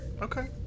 Okay